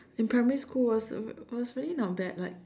in primary school was was really not bad like